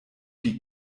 die